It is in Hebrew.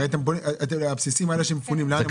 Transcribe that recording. הרי אתם בונים, הבסיסים האלה שמפונים לאן ---.